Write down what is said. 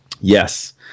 yes